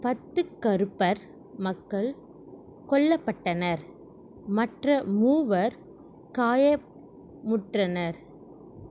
பத்து கருப்பர் மக்கள் கொல்லப்பட்டனர் மற்ற மூவர் காயமுற்றனர்